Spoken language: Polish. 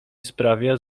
sprawie